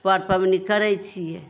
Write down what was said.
पर पाबनि करै छियै